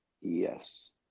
Yes